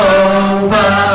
over